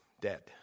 Dead